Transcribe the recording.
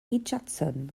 richardson